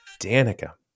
danica